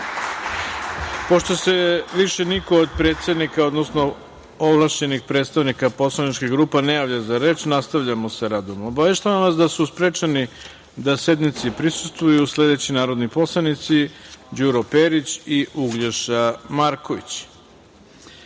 Hvala. Pošto se više niko od predsednika, odnosno ovlašćenih predstavnika poslaničkih grupa ne javlja za reč, nastavljamo sa radom. Obaveštavam vas da su sprečeni da sednici prisustvuju sledeći narodni poslanici: Đuro Perić i Uglješa Marković. Poštovani